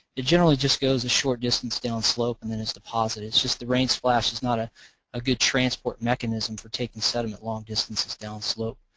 it generally just goes a short distance down slope and then is deposited. it's just that rain splashed is not ah a good transport mechanism for taking sediment long-distances down slope.